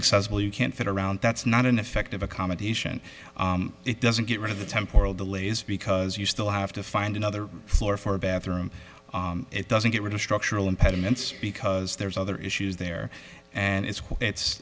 accessible you can't get around that's not an effective accommodation it doesn't get rid of the temporal delays because you still have to find another floor for a bathroom it doesn't get rid of structural impediments because there's other issues there and it's